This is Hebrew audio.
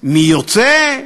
מי יוצא,